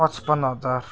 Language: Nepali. पच्पन्न हजार